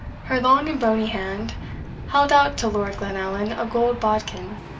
her long and bony hand held out to lord glenallan a gold bodkin,